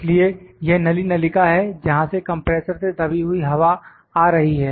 इसलिए यह नली नलिका है जहां से कंप्रेसर से दबी हुई हवा आ रही है